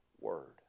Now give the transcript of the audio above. word